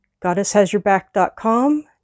goddesshasyourback.com